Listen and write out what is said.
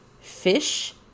fish